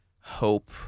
hope